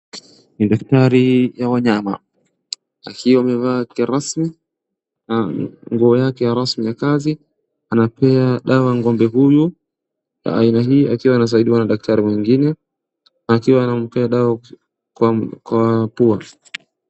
Ni daktari ya wanyama akiwa amevaa kirasmi na nguo yake ya rasmi ya kazi. Anapea dawa ng'ombe huyu na aina hii akiwa nasaidiwa na daktari mwingine na akiwaanampea dawa kwa mapua.